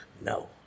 no